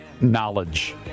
knowledge